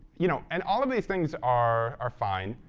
you know and all of these things are are fine.